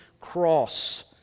cross